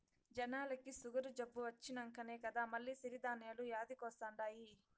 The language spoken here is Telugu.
జనాలకి సుగరు జబ్బు వచ్చినంకనే కదా మల్ల సిరి ధాన్యాలు యాదికొస్తండాయి